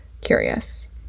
curious